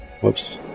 Whoops